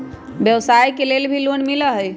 व्यवसाय के लेल भी लोन मिलहई?